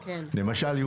למשל,